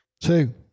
Two